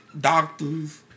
doctors